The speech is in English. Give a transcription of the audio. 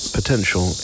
potential